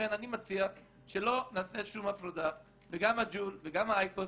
אני מציע שלא נעשה הפרדה וגם הג'ול וגם האייקוס